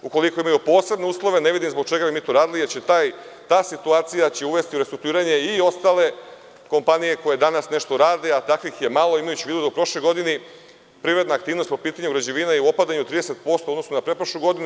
Ukoliko imaju posebne uslove, ne vidim zbog čega bi mi to radili, jer će ta situacija uvesti u restrukturiranje i ostale kompanije koje danas nešto rade, a takvih je malo, imajući u vidu da je u prošloj godini privredna aktivnost po pitanju građevine u opadanju 30% u odnosu na pretprošlu godinu.